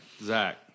Zach